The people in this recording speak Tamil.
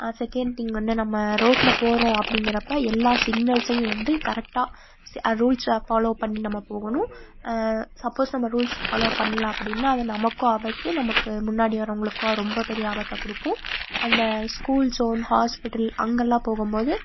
ஆ செகண்ட் திங் வந்து நம்ம ரோட்டில் போகிறோம் அப்படிங்கிறப்ப எல்லா சிக்னல்ஸையும் வந்து கரெக்டாக ரூல்ஸை ஃபாலோ பண்ணி நம்ம போகணும் சப்போஸ் நம்ம ரூல்ஸ் ஃபாலோ பண்ணல அப்படின்னா அது நமக்கும் ஆபத்து நமக்கு முன்னாடி வரவங்களுக்கும் ரொம்ப பெரிய ஆபத்தை கொடுக்கும் அந்த ஸ்கூல் ஸோன் ஹாஸ்பிட்டல் அங்கேலாம் போகும் போது